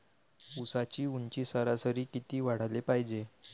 ऊसाची ऊंची सरासरी किती वाढाले पायजे?